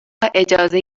اجازه